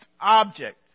object